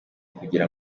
kugira